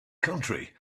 country